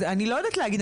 אז אני לא יודעת להגיד.